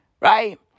right